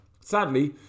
Sadly